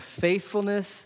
faithfulness